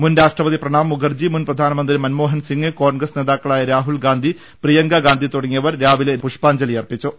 മുൻ രാഷ്ട്രപതി പ്രണാബ് മുഖർജി മുൻ പ്രധാനമന്ത്രി മൻമോഹൻ സിംഗ് കോൺഗ്രസ് നേതാക്കളായ രാഹുൽ ഗാന്ധി പ്രിയങ്ക ഗാന്ധി തുടങ്ങിയവർ രാവിലെ വീർഭൂ മിയിലെത്തി പുഷ്പാഞ്ജലിയർപ്പിച്ചു